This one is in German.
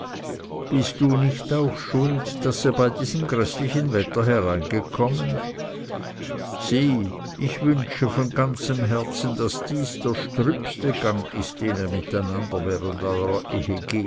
bist du nicht auch schuld daß ihr bei diesem gräßlichen wetter hereingekommen sieh ich wünsche von ganzem herzen daß dieses der strübste gang ist den ihr mit einander während